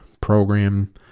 program